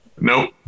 Nope